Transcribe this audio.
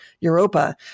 Europa